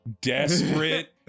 desperate